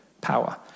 power